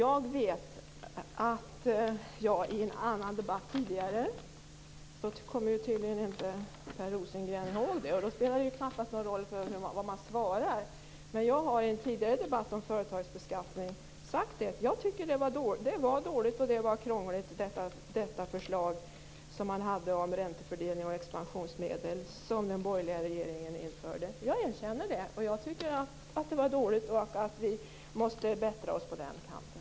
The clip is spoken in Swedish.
Per Rosengren kommer tydligen inte ihåg det och då spelar det knappast någon roll vad man svarar, men jag vet att jag i en tidigare debatt om företagsbeskattning har sagt att jag tycker att det förslag som man hade om räntefördelning och expansionsmedel och som den borgerliga regeringen införde var dåligt och krångligt. Jag erkänner det, och jag tycker att det var dåligt och att vi måste bättra oss på den kanten.